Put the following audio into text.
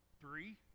three